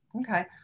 Okay